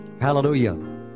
Hallelujah